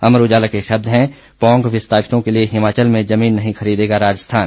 अमर उजाला के शब्द हैं पोंग विस्थापितों के लिए हिमाचल में जमीन नहीं खरीदेगा राजस्थान